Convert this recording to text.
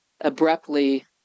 abruptly